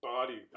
body